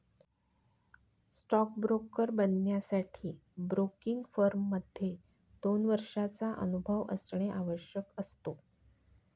stock broker बनण्यासाठी broking firm मध्ये दोन वर्षांचा अनुभव आवश्यक असतो